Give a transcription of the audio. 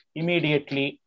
immediately